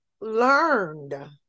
learned